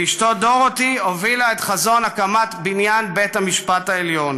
ואשתו דורותי הובילה את חזון הקמת בניין בית המשפט העליון